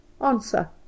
Answer